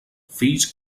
fills